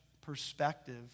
perspective